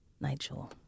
Nigel